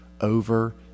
over